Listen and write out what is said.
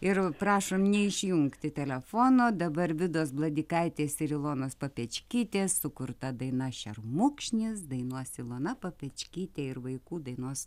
ir prašom neišjungti telefono dabar vidos bladykaitės ir ilonos papečkytės sukurta daina šermukšnis dainuos ilona papečkytė ir vaikų dainos